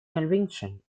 conviction